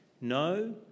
No